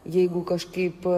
jeigu kažkaip